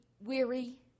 weary